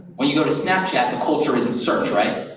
when you go to snapchat, the culture isn't search, right?